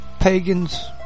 pagans